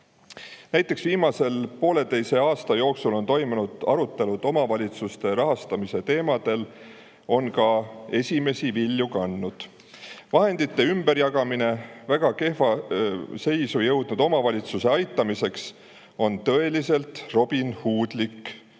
Näiteks viimase pooleteise aasta jooksul toimunud arutelud omavalitsuste rahastamise teemal on ka esimesi vilju kandnud. Vahendite ümberjagamine väga kehva seisu jõudnud omavalitsuste aitamiseks on tõeliselt robinhoodlik